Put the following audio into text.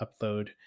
upload